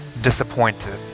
disappointed